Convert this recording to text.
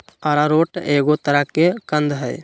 arrowroot एगो तरह के कंद हइ